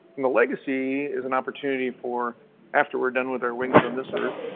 the legacy is an opportunity for after we're done with our wings on this earth,